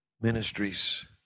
ministries